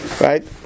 right